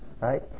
right